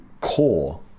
core